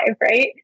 right